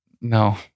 no